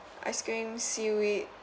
ice cream seaweed